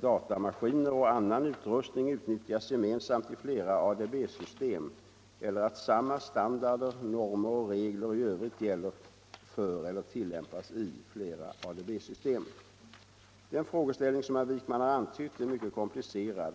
datamaskiner och annan utrustning, utnyttjas gemensamt i flera ADB-system eller att samma standarder, normer och regler i övrigt gäller för eller Nr 22 tillämpas i flera ADB-system. Fredagen den Den frågeställning som herr Wijkman har antytt är mycket kompli 14 februari 1975 cerad.